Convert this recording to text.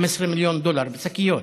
15 מיליון דולר בשקיות.